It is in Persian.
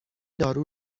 دارو